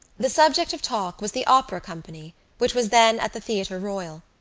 the subject of talk was the opera company which was then at the theatre royal.